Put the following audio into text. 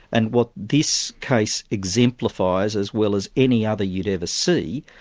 and what this case exemplifies as well as any other you'd ever see,